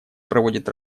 проводит